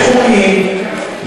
יש חוקים,